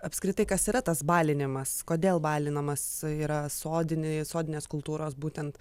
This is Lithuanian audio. apskritai kas yra tas balinimas kodėl balinamas yra sodini sodinės kultūros būtent